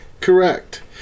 correct